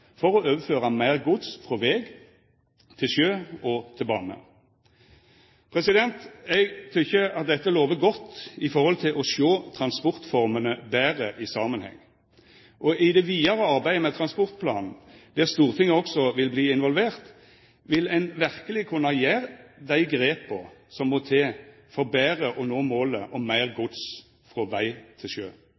for å overføra meir gods frå veg til sjø og til bane. Eg tykkjer at dette lovar godt med tanke på å sjå transportformene betre i samanheng, og i det vidare arbeidet med transportplanen, der Stortinget også vil verta involvert, vil ein verkeleg kunna gjera dei grepa som må til for betre å nå målet om meir gods frå veg til sjø.